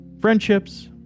Friendships